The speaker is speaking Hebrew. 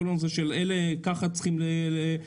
כל הנושא הזה שאלה ככה צריכים להשקיע,